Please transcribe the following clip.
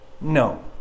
No